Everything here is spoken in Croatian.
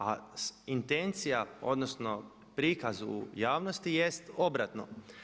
A intencija odnosno prikaz u javnosti jest obratno.